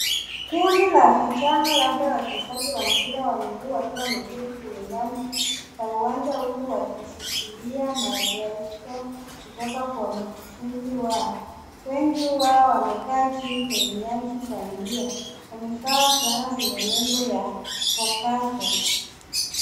Kundi la vijana, labda wachezani wa mpira wa miguu wakiwa wameketi kwenye nyasi za uwanja huu, wakishikilia maelezo kutoka kwa mkufunzi wao. Wengi wao wamekaa chini kwenye nyasi bandia. Wamevaa fulana zenye lebo ya Fokasa.